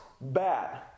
bad